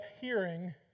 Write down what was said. hearing